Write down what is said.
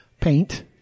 paint